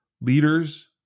Leaders